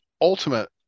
ultimate